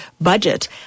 budget